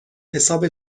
حساب